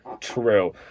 True